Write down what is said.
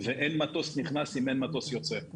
אין מטוס נכנס אם אין מטוס יוצא.